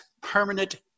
permanent